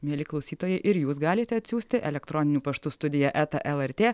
mieli klausytojai ir jūs galite atsiųsti elektroniniu paštu studija eta lrt